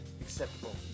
acceptable